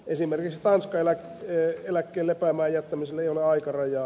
esimerkiksi tanskan eläkkeen lepäämään jättämisellä ei ole aikarajaa